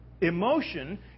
Emotion